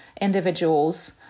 individuals